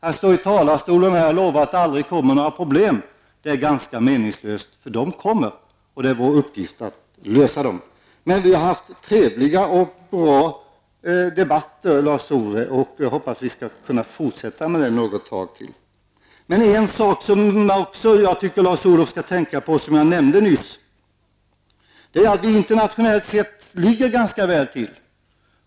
Att stå här i talarstolen och lova att det aldrig kommer några problem är ganska meningslöst, för de kommer, och det är vår uppgift att lösa dem. Men vi har haft trevliga och bra debatter, Lars-Ove Hagberg, och jag hoppas att vi skall kunna fortsätta med det ett tag till. Jag tycker att Lars-Ove Hagberg skall tänka på att vi internationellt sett ligger ganska väl till.